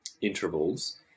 intervals